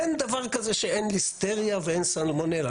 אין דבר כזה שאין ליסטריה ואין סלמונלה.